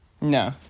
No